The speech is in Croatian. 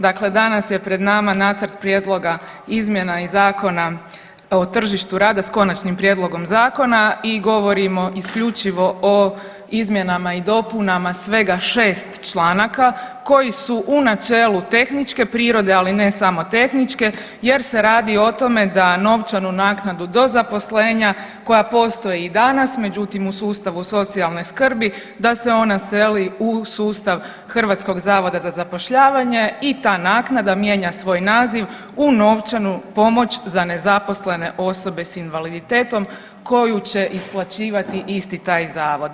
Dakle, danas je pred nama nacrt prijedlog izmjena i Zakona o tržištu rada s konačnim prijedlogom zakona i govorimo isključivo o izmjenama i dopunama svega 6 članaka koji su u načelu tehničke prirode, ali ne samo tehničke jer se radi o tome da novčanu naknadu do zaposlenja koja postoji i danas međutim u sustavu socijalne skrbi da se ona seli u sustav HZZ-a i ta naknada mijenja svoj naziv u novčanu pomoć za nezaposlene osobe s invaliditetom koju će isplaćivati isti taj zavod.